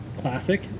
Classic